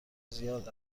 زیاد